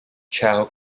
chow